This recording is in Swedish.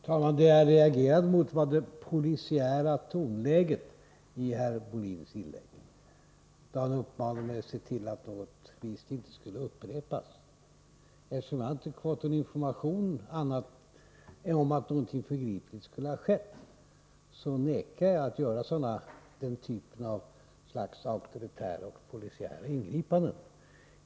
Herr talman! Det jag reagerade mot var det ”polisiära” tonläget i Björn Molins inlägg då han uppmanade mig att se till att detta inte skulle upprepas. Eftersom jag inte fått information om att någonting förgripligt skulle ha skett, nekar jag att göra den typen av auktoritära och polisiära ingripanden.